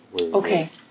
Okay